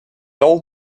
old